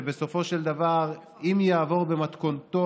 שבסופו של דבר אם יעבור במתכונתו